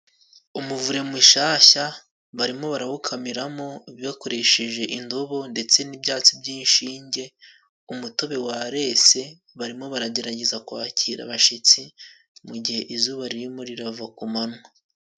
Umuvure mushyashya barimo barawukamiramo bakoresheje indobo ndetse n'ibyatsi by'inshinge. Umutobe warese, barimo baragerageza kwakira abashitsi, mu gihe izuba ririmo rirava ku manywa.